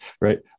right